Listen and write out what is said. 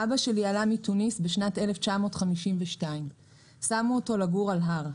אבא שלי עלה מטוניס בשנת 1952. שמו אותו לגור על הר,